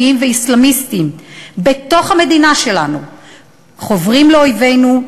ואסלאמיסטים בתוך המדינה שלנו חוברים לאויבינו,